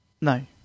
no